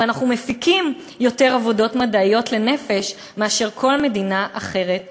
ואנחנו מפיקים יותר עבודות מדעיות לנפש מאשר כל מדינה אחרת בעולם.